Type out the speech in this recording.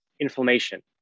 inflammation